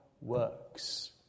works